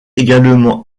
également